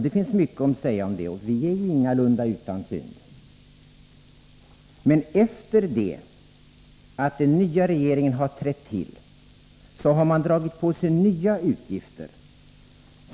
Det finns mycket att säga om det, och vi är ju ingalunda utan synd. Sedan den nya regeringen trädde till har den dragit på sig nya utgifter.